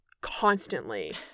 constantly